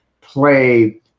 play